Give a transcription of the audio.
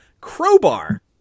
crowbar